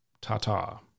ta-ta